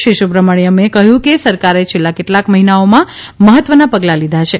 શ્રી સુબ્રમણ્યમે કહ્યું કે સરકારે છેલ્લા કેટલાંક મહિનાઓમાં મહત્વનાં પગલાં લીધાં છે